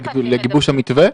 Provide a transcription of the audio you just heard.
לגבי גיבוש המתווה?